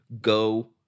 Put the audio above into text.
Go